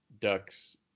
Ducks